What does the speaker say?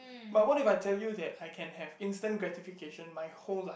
but what if I tell you that I can have instant gratification my whole life